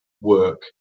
work